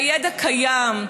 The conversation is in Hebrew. והידע קיים,